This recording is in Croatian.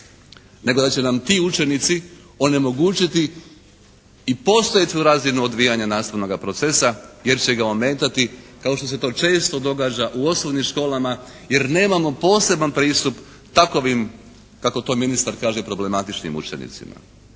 nego da će nam ti učenici onemogućiti i postojeću razinu odvijanja nastavnoga procesa jer će ga ometati kao što se to često događa u osnovnim školama jer nemamo poseban pristup takovim kako to ministar kaže problematičnim učenicima.